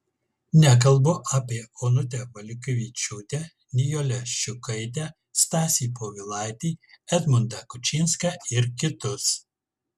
nekalbu apie onutę valiukevičiūtę nijolę ščiukaitę stasį povilaitį edmundą kučinską ir kitus